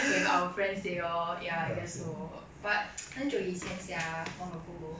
okay but our friends they all ya I guess so but 很久以前 sia long ago